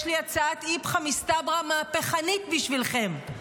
יש לי הצעת איפכא מסתברא מהפכנית בשבילכם: